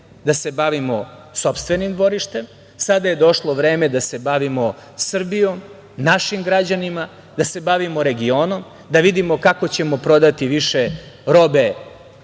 da se bavimo sopstvenim dvorištem, sada je došlo vreme da se bavimo Srbijom, našim građanima, da se bavimo regionom, da vidimo kako ćemo prodati više robe